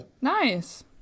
nice